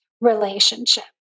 relationship